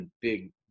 big